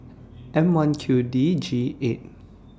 M one Q D G eight